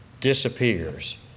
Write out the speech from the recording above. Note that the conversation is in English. disappears